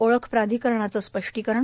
ओळख प्राधिकरणाचं स्पष्टीकरण